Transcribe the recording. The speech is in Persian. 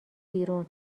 بیرون